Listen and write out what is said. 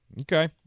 Okay